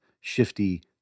shifty